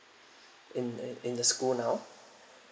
in the in the school now